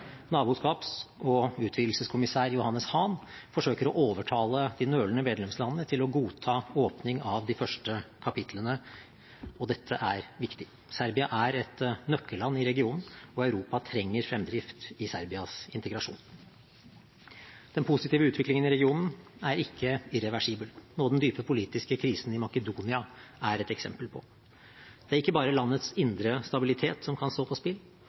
Naboskaps- og utvidelseskommissær Johannes Hahn forsøker å overtale de nølende medlemslandene til å godta åpning av de første kapitlene. Dette er viktig. Serbia er et nøkkelland i regionen, og Europa trenger fremdrift i Serbias integrasjon. Den positive utviklingen i regionen er ikke irreversibel, noe den dype politiske krisen i Makedonia er et eksempel på. Det er ikke bare landets indre stabilitet som kan stå på spill.